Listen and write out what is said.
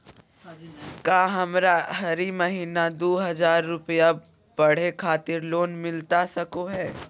का हमरा हरी महीना दू हज़ार रुपया पढ़े खातिर लोन मिलता सको है?